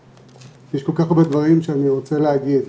יש כל כך הרבה דברים שאני רוצה להגיד.